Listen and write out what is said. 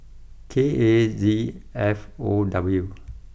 K A Z F O W